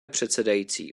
předsedající